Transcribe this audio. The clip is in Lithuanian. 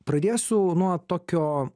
pradėsiu nuo tokio